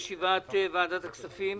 בוקר טוב, אני מתכבד לפתוח את ישיבת ועדת הכספים.